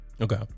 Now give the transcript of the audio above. Okay